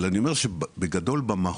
אבל אני אומר שבגדול במהות,